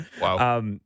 Wow